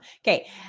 Okay